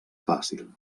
fàcil